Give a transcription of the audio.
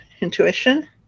intuition